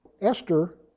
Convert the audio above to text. Esther